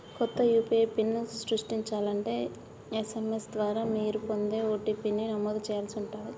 కొత్త యూ.పీ.ఐ పిన్ని సృష్టించాలంటే ఎస్.ఎం.ఎస్ ద్వారా మీరు పొందే ఓ.టీ.పీ ని నమోదు చేయాల్సి ఉంటాది